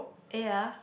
ya